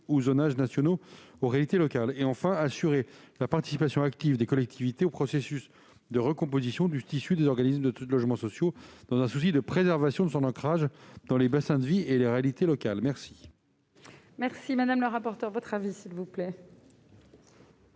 ou zonages nationaux aux réalités locales. Nous souhaitons enfin assurer la participation active des collectivités au processus de recomposition du tissu des organismes de logements sociaux dans un souci de préservation de son ancrage dans les bassins de vie et les réalités locales. Quel est l'avis de la commission des